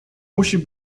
musi